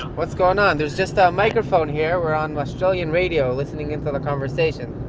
what's going on? there's just ah a microphone here, we are on australian radio, listening in to the conversation.